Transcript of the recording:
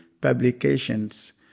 publications